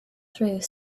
through